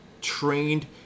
trained